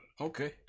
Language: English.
Okay